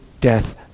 death